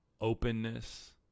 openness